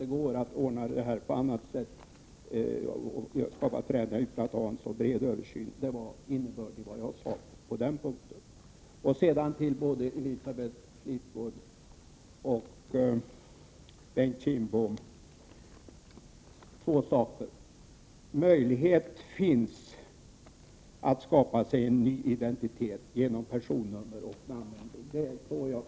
Det går nog att ordna den saken på annat sätt utan att företa en så bred översyn. Två saker vill jag vidare säga till både Bengt Kindbom och Elisabeth Fleetwood. Det finns möjligheter att skapa sig en ny identitet genom annat personnummer och namnändring.